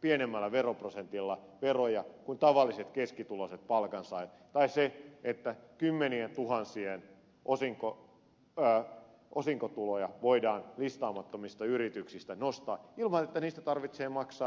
pienemmällä veroprosentilla veroja kuin tavalliset keskituloiset palkansaajat tai se että kymmenientuhansien osinkotuloja voidaan listaamattomista yrityksistä nostaa ilman niitä tarvitse maksaa